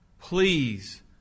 Please